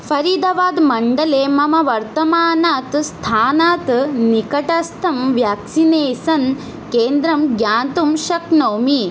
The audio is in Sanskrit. फ़रीदाबादमण्डले मम वर्तमानात् स्थानात् निकटस्तं व्याक्सिनेसन् केन्द्रं ज्ञातुं शक्नोमि